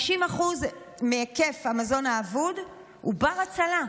50% מהיקף המזון האבוד הוא בר-הצלה.